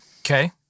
Okay